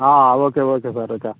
okay okay sir okay